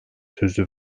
sözü